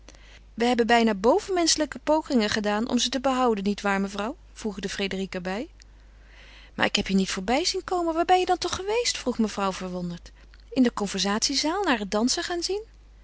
we hebben bijna bovenmenschelijke pogingen gedaan om ze te behouden nietwaar mevrouw voegde frédérique er bij maar ik heb je niet voorbij zien komen waar ben je dan toch geweest vroeg mevrouw verwonderd in de conversatie zaal naar het dansen gaan zien